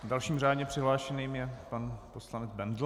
Dalším řádně přihlášeným je pan poslanec Bendl.